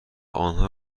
آنها